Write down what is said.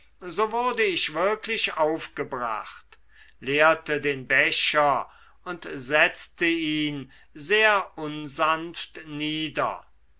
so wurde ich wirklich aufgebracht leerte den becher und setzte ihn sehr unsanft nieder